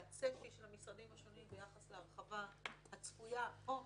והצפי של המשרדים השונים ביחס להרחבה הצפויה או הנדרשת,